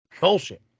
Bullshit